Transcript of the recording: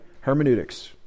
Hermeneutics